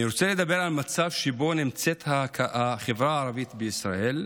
אני רוצה לדבר על המצב שבו נמצאת החברה הערבית בישראל.